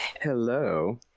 Hello